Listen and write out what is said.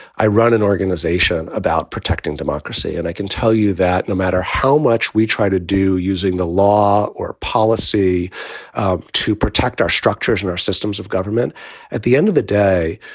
i run an organization about protecting democracy. and i can tell you that no matter how much we try to do using the law or policy to protect our structures and our systems of government at the end of the day.